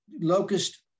locust